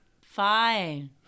Fine